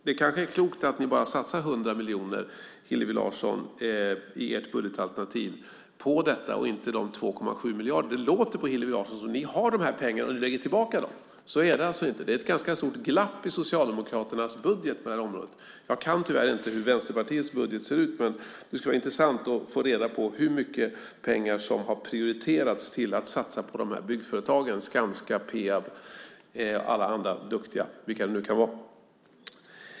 Det är kanske klokt att ni bara satsar 100 miljoner, Hillevi Larsson, i ert budgetalternativ på detta och inte de 2,7 miljarderna. Det låter på Hillevi Larsson som att ni har de här pengarna och nu lägger tillbaka dem. Så är det alltså inte. Det är ett ganska stort glapp i Socialdemokraternas budget på det här området. Jag vet tyvärr inte hur Vänsterpartiets budget ser ut, men det skulle vara intressant att få reda på hur mycket pengar som har prioriterats för att man vill satsa på de här byggföretagen: Skanska, Peab och alla andra duktiga, vilka det nu kan vara.